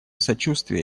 сочувствие